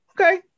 okay